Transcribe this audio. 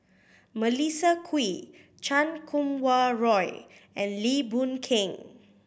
Melissa Kwee Chan Kum Wah Roy and Lim Boon Keng